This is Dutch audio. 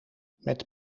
met